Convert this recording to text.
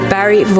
Barry